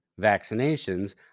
vaccinations